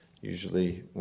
Usually